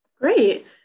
Great